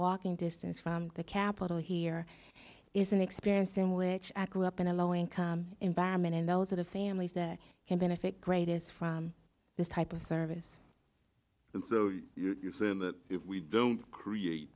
walking distance from the capital here is an experience in which i grew up in a low income environment and those of the families that can benefit great is from this type of service and so you're saying that if we don't create